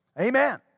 Amen